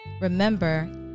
Remember